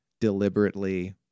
deliberately